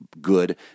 good